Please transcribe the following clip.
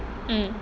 mm